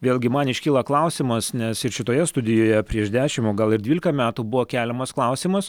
vėlgi man iškyla klausimas nes ir šitoje studijoje prieš dešimt o gal ir dvylika metų buvo keliamas klausimas